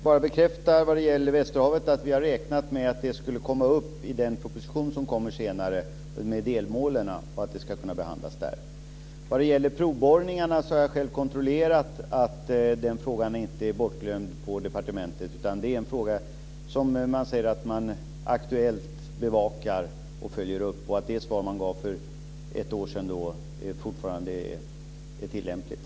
Herr talman! Vad gäller västerhavet vill jag bara bekräfta att vi har räknat med att det ska komma upp i den proposition med delmål som kommer senare och att det ska kunna behandlas där. Jag har själv kontrollerat att frågan om provborrningar inte är bortglömd på departementet. Man säger att det är en fråga som man bevakar och följer upp och att det svar man gav för ett år sedan fortfarande är tillämpligt.